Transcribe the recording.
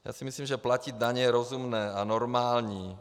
Já si myslím, že platit daně je rozumné a normální.